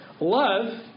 Love